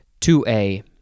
2A